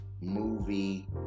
movie